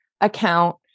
account